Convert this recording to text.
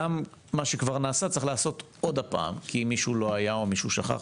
גם מה שכבר נעשה צריך לעשות עוד הפעם אם מישהו לא היה או שכח,